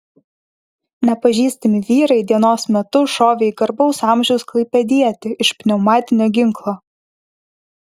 nepažįstami vyrai dienos metu šovė į garbaus amžiaus klaipėdietį iš pneumatinio ginklo